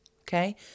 okay